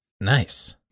Nice